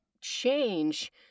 change